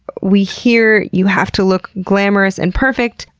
we hear, you have to look glamorous and perfect.